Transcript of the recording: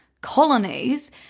colonies